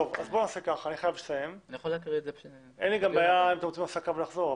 אין לי בעיה אם אתם רוצים הפסקה ולחזור,